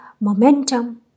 momentum